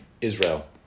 Israel